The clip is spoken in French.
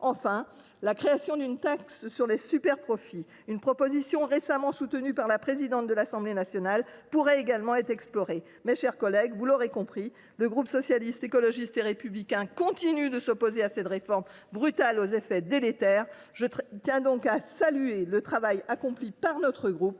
Enfin, la création d’une taxe sur les superprofits – une proposition récemment soutenue par la présidente de l’Assemblée nationale – est une piste qui pourrait également être explorée. Mes chers collègues, vous l’aurez compris, le groupe Socialiste, Écologiste et Républicain continue de s’opposer à cette réforme brutale aux effets délétères. Je tiens donc à saluer le travail accompli par mon groupe,